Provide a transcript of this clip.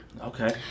Okay